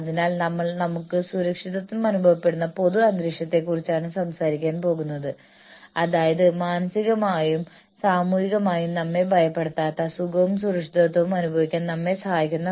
അതിനാൽ ഞങ്ങൾ അവർക്ക് ദീർഘകാല പ്രോത്സാഹനങ്ങൾ നൽകുമ്പോൾ ദീർഘകാല പ്രോത്സാഹനങ്ങൾ അവർക്ക് നൽകുന്ന പ്രോത്സാഹനങ്ങളെയാണ് സൂചിപ്പിക്കുന്നതെന്ന് ഞങ്ങൾ ഉറപ്പുനൽകുന്നു അത് ഒരു നിശ്ചിത കാലയളവിനുശേഷം ഫലത്തിലേക്ക് വരുന്നു